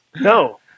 No